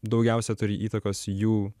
daugiausia turi įtakos jų